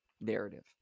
narrative